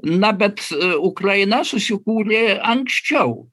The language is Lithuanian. na bet ukraina susikūrė anksčiau